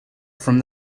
from